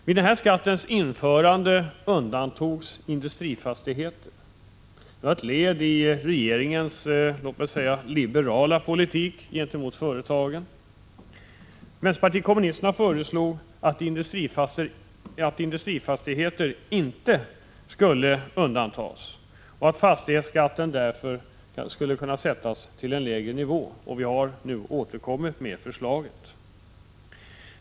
Vid denna skatts införande undantogs industrifastigheter. Det var ett led i regeringens liberala politik mot företagen. Vpk föreslog att industrifastigheter inte skulle undantas och att fastighetsskatten därför kunde sättas till en lägre nivå. Vi har nu återkommit med det förslaget.